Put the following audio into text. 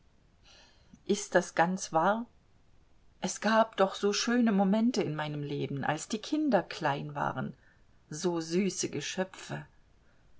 ist das ganz wahr es gab doch so schöne momente in meinem leben als die kinder klein waren so süß geschöpfe